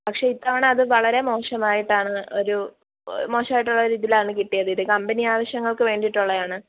പക്ഷെ ഇത്തവണ അത് വളരെ മോശമായിട്ടാണ് ഒരു മോശായിട്ടുള്ള ഒരിതിലാണ് കിട്ടിയത് ഇത് കമ്പനി ആവിശ്യങ്ങൾക്ക് വേണ്ടിയിട്ടുള്ളവയാണ്